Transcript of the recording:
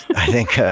i think